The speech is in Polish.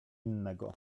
innego